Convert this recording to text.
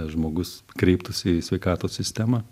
žmogus kreiptųsi į sveikatos sistemą